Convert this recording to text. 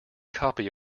copy